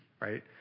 right